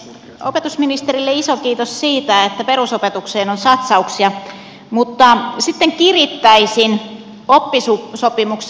opetusministerille iso kiitos siitä että perusopetukseen on satsauksia mutta sitten kirittäisin oppisopimuksen osalta